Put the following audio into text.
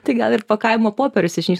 tik gal ir pakavimo popierius išnyks